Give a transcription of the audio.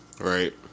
Right